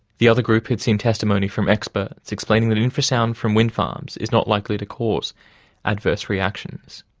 the other group had seen testimony from experts, explaining that infrasound from wind farms is not likely to cause adverse reactions.